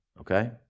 okay